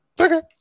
Okay